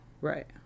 Right